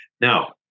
Now